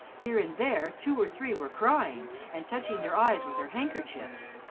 here and there two or three were crying and touching their eyes with their handkerchiefs.